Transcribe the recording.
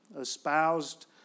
espoused